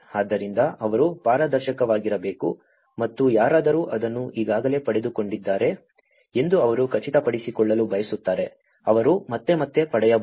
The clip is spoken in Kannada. ಆದ್ದರಿಂದ ಅವರು ಪಾರದರ್ಶಕವಾಗಿರಬೇಕು ಮತ್ತು ಯಾರಾದರೂ ಅದನ್ನು ಈಗಾಗಲೇ ಪಡೆದುಕೊಂಡಿದ್ದಾರೆ ಎಂದು ಅವರು ಖಚಿತಪಡಿಸಿಕೊಳ್ಳಲು ಬಯಸುತ್ತಾರೆ ಅವರು ಮತ್ತೆ ಮತ್ತೆ ಪಡೆಯಬಾರದು